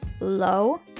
low